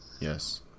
yes